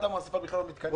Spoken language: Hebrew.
ואז האסיפה בכלל לא מתכנסת.